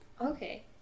Okay